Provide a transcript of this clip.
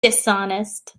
dishonest